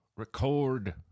Record